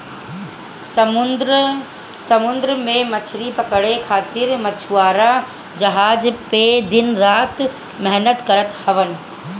समुंदर में मछरी पकड़े खातिर मछुआरा जहाज पे दिन रात मेहनत करत हवन